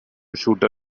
shooter